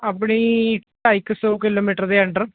ਆਪਣੀ ਢਾਈ ਕੁ ਸੌ ਕਿਲੋਮੀਟਰ ਦੇ ਅੰਡਰ